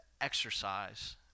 exercise